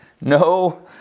no